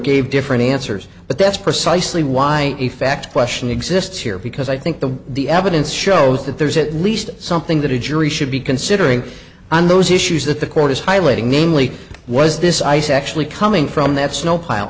gave different answers but that's precisely why a fact question exists here because i think the the evidence shows that there's at least something that a jury should be considering and those issues that the court is highlighting namely was this ice actually coming from that snow pile